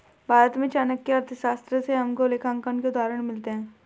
भारत में चाणक्य की अर्थशास्त्र से हमको लेखांकन के उदाहरण मिलते हैं